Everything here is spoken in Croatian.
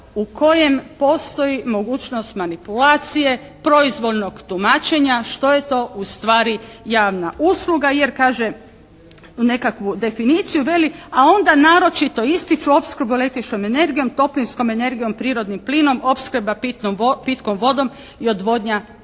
u kojem postoji mogućnost manipulacije, proizvoljnog tumačenja što je to ustvari javna usluga jer kaže nekakvu definiciju veli, a onda naročito ističu opskrbu električnom energijom, toplinskom energijom, prirodnim plinom, opskrba pitkom vodom i odvodnja otpadnih